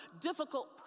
difficult